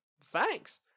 Thanks